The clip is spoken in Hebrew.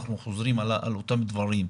אנחנו חוזרים על אותם דברים,